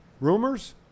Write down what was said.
Rumors